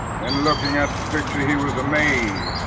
then looking at the picture he was amazed.